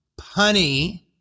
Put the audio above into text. punny